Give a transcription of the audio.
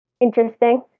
interesting